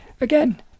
Again